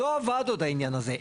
לא עבד עוד העניין הזה.